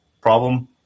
problem